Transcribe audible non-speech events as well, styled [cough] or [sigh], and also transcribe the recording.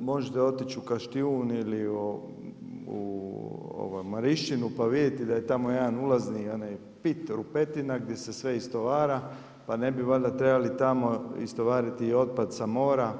Možete otići u … [unintelligible] ili u Marišćinu pa vidjeti da je tamo jedna ulazni pit, rupetina gdje se sve istovara, pa ne bi valjda trebali tamo istovariti i otpad sa mora,